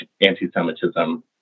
anti-Semitism